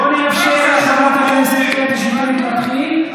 בואו נאפשר לחברת הכנסת קטי שטרית להתחיל.